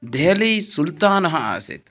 देहलीसुल्तानः आसीत्